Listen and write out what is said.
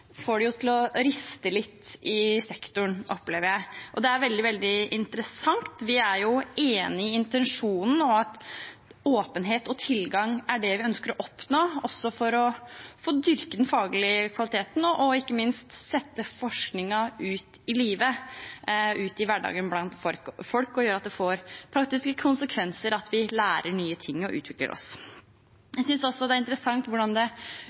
får det til å riste litt i sektoren, opplever jeg. Det er veldig, veldig interessant. Vi er enig i intensjonen, og vi ønsker å oppnå åpenhet og tilgang – for å dyrke den faglige kvaliteten og ikke minst for å sette forskningen ut i livet, ut i hverdagen blant folk, og gjøre at den får praktiske konsekvenser, og at vi lærer nye ting og utvikler oss. Jeg synes også det er interessant hvordan